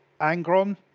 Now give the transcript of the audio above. Angron